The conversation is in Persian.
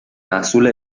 محصول